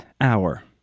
hour